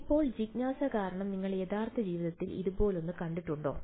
ഇപ്പോൾ ജിജ്ഞാസ കാരണം നിങ്ങൾ യഥാർത്ഥ ജീവിതത്തിൽ ഇതുപോലൊന്ന് കണ്ടിട്ടുണ്ടോ